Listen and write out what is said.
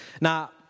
Now